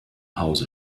hause